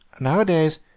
Nowadays